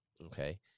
Okay